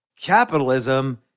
Capitalism